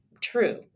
true